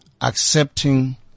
accepting